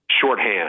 shorthand